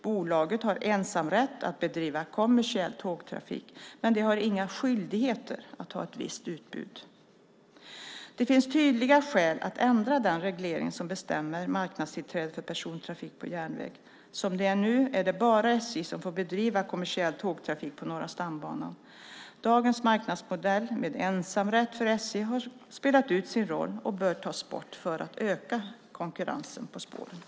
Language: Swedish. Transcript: Bolaget har ensamt rätt att bedriva kommersiell tågtrafik men har ingen skyldighet att ha ett visst utbud. Det finns tydliga skäl att ändra den reglering som bestämmer marknadstillträdet för persontrafik på järnväg. Som det är nu är det bara SJ som får bedriva kommersiell tågtrafik på Norra stambanan. Dagens marknadsmodell med ensamrätt för SJ har spelat ut sin roll och bör tas bort för att öka konkurrensen på spåren.